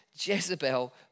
Jezebel